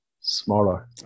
smaller